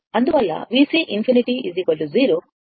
అందువల్ల VC∞ 0